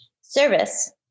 service